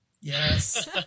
Yes